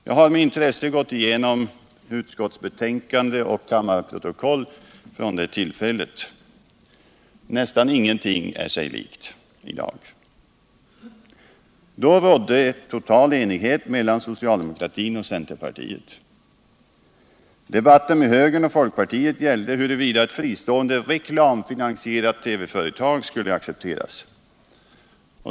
Jag har med intresse gått igenom utskottsbetänkande och kammarprotokoll från detta tillfälle. Nästan ingenting är sig likt i dag. Då rådde det total enighet mellan socialdemokratin och centerpartiet. Debatten med högern och folkpartiet gällde huruvida ett fristående reklamfinansierat TV-företag skulle accepteras.